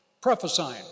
Prophesying